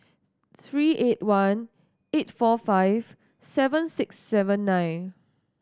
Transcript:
three eight one eight four five seven six seven nine